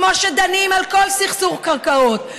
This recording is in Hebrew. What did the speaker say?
כמו שדנים על כל סכסוך קרקעות.